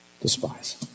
despise